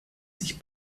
sich